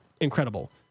incredible